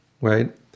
right